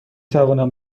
توانم